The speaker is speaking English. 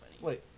Wait